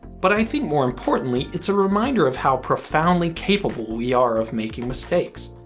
but i think more importantly it's a reminder of how profoundly capable we are of making mistakes.